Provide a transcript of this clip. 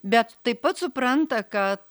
bet taip pat supranta kad